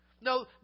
No